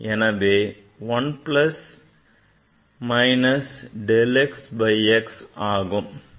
எனவே 1 plus minus del x by x ஆகும்